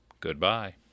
Goodbye